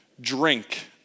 drink